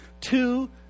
Two